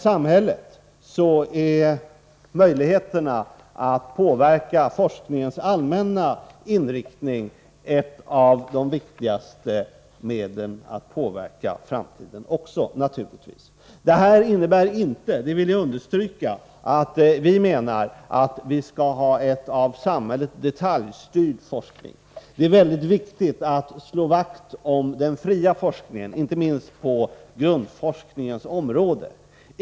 Naturligtvis är möjligheterna att påverka forskningens allmänna inriktning också i framtiden av största vikt för samhället. Detta innebär inte, och det vill jag understryka, att vi menar att vi skall ha en av samhället detaljstyrd forskning. Det är nämligen väldigt viktigt att vi slår vakt om den fria forskningen, inte minst på grundforskningens område.